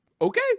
okay